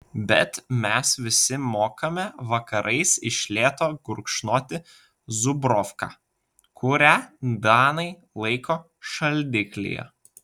bet mes visi mokame vakarais iš lėto gurkšnoti zubrovką kurią danai laiko šaldiklyje